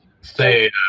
Say